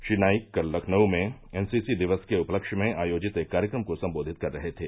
श्री नाईक कल लखनऊ में एनसीसी दिवस के उपलक्ष्य में आयोजित एक कार्यक्रम को सम्बोधित कर रहे थे